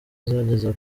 zageze